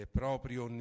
proprio